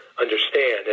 understand